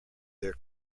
their